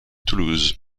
toulouse